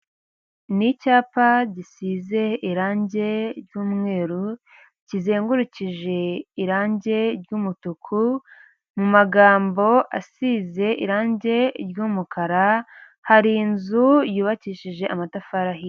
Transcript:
Ni icyapa gisize irangi ry'umweru, kizengurukije irangi ry'umutuku, mu magambo asize irangi ry’umukara hari inzu y’ubakishije amatafari ahiye.